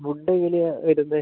വുഡെങ്ങനെയാണ് വരുന്നത്